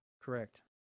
Correct